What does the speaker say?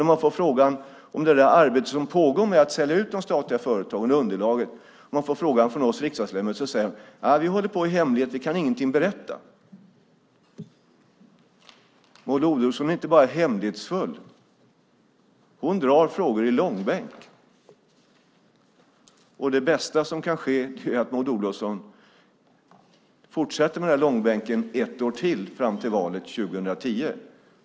När man får frågan från oss riksdagsledamöter om det arbete som pågår med att sälja ut de statliga företagen och frågor om underlaget säger man: Nej, vi håller på i hemlighet och kan ingenting berätta. Maud Olofsson är inte bara hemlighetsfull, hon drar frågorna i långbänk. Det bästa som kan ske är att Maud Olofsson fortsätter att dra dem i långbänk ett år till, fram till valet 2010.